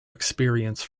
experience